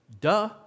Duh